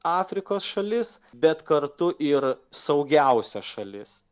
afrikos šalis bet kartu ir saugiausia šalis